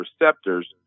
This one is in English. receptors